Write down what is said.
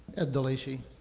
ed delacy.